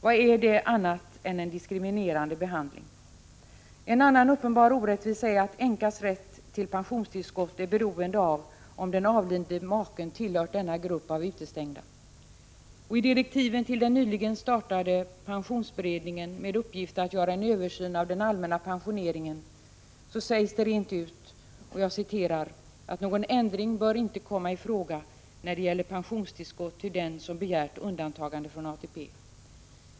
Vad är det annat än en diskriminerande behandling? En annan uppenbar orättvisa är att änkas rätt till pensionstillskott är beroende av om den avlidne maken tillhört denna grupp av utestängda. I direktiven till den nyligen tillsatta pensionsberedningen, med uppgift att göra en översyn av den allmänna pensioneringen, sägs det rent ut att någon ändring inte bör komma i fråga när det gäller pensionstillskott till den som begärt undantagande från ATP.